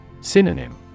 Synonym